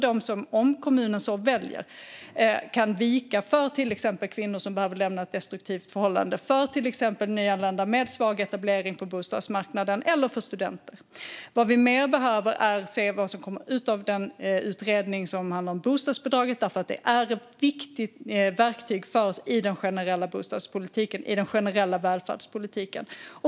Dessa kan kommuner välja att vika för till exempel kvinnor som behöver lämna ett destruktivt förhållande, nyanlända med svag etablering på bostadsmarknaden eller studenter. Vad vi mer behöver är att se vad som kommer ut av den utredning som handlar om bostadsbidraget, för det är ett viktig verktyg för oss i den generella bostadspolitiken och i den generella välfärdspolitiken.